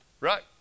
Right